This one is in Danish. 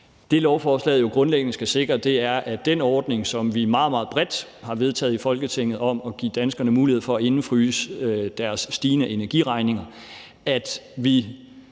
Det, lovforslaget jo grundlæggende skal sikre, er, at vi med det initiativ og den ordning, som vi meget, meget bredt har vedtaget i Folketinget, om at give danskerne mulighed for at indefryse deres stigende energiregninger, ikke